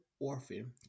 Orphan